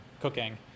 cooking